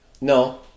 No